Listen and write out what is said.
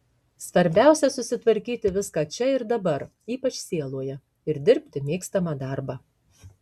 svarbiausia susitvarkyti viską čia ir dabar ypač sieloje ir dirbti mėgstamą darbą